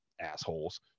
Assholes